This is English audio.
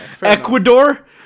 Ecuador